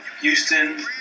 Houston